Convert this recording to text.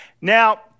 Now